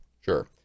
Sure